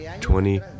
Twenty